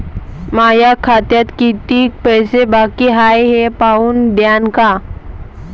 माया खात्यात कितीक पैसे बाकी हाय हे पाहून द्यान का?